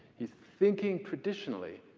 he's thinking traditionally.